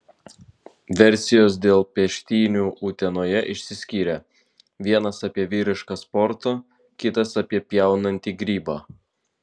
versijos dėl peštynių utenoje išsiskyrė vienas apie vyrišką sportą kitas apie pjaunantį grybą